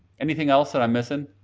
anything else that i'm missing?